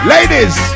Ladies